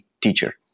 teacher